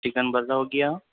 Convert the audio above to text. chicken برا ہوگیا